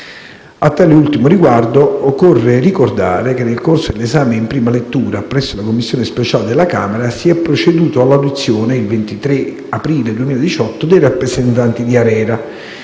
A tale ultimo riguardo occorre ricordare che nel corso dell'esame in prima lettura, presso la Commissione speciale della Camera, si è proceduto all'audizione, il 23 aprile 2018, dei rappresentanti dell'ARERA,